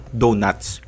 donuts